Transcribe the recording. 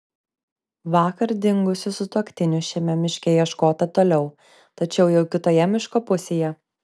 vakar dingusių sutuoktinių šiame miške ieškota toliau tačiau jau kitoje miško pusėje